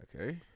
Okay